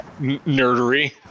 nerdery